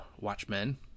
Watchmen